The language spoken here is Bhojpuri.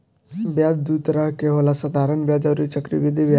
ब्याज दू तरह के होला साधारण ब्याज अउरी चक्रवृद्धि ब्याज